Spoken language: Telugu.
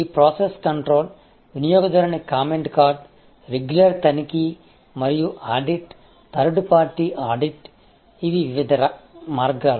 ఈ ప్రాసెస్ కంట్రోల్ వినియోగదారుని కామెంట్ కార్డ్ రెగ్యులర్ తనిఖీ మరియు ఆడిట్ థర్డ్ పార్టీ ఆడిట్ ఇవి వివిధ మార్గాలు